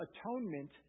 atonement